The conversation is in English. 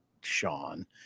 Sean